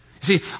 See